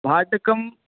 भाटकं